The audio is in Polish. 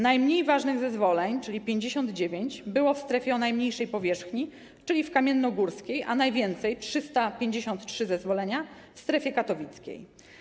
Najmniej ważnych zezwoleń, czyli 59, było w strefie o najmniejszej powierzchni, czyli kamiennogórskiej, a najwięcej, 353 zezwolenia, w strefie katowickiej.